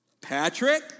Patrick